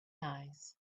eyes